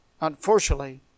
unfortunately